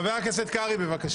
חבר הכנסת קרעי, בבקשה.